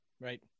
right